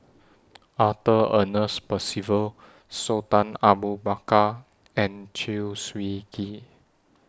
Arthur Ernest Percival Sultan Abu Bakar and Chew Swee Kee